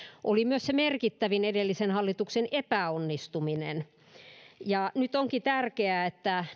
oli myös se merkittävin edellisen hallituksen epäonnistuminen nyt onkin tärkeää että